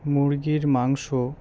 মুরগির মাংস